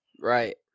right